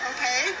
Okay